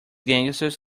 gangsters